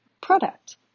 product